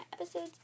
episodes